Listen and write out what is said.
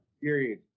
Period